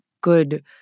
good